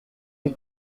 des